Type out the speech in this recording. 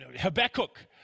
Habakkuk